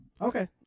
Okay